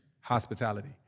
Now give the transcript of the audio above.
Hospitality